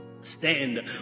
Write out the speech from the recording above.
Stand